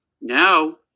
Now